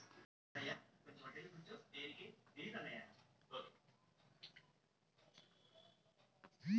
ఏ నేలల్లో ఏ రకము పంటలు పండిస్తారు, ఎన్ని నెలలు పంట సిజన్?